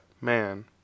man